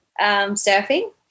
surfing